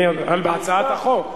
בהצעת החוק.